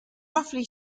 roughly